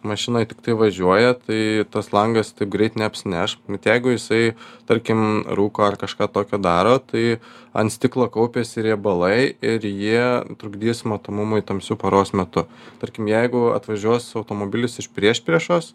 mašinoj tiktai važiuoja tai tas langas taip greit neapsineš bet jeigu jisai tarkim rūko ar kažką tokio daro tai ant stiklo kaupiasi riebalai ir jie trukdys matomumui tamsiu paros metu tarkim jeigu atvažiuos automobilis iš priešpriešos